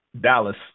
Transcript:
Dallas